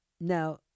Now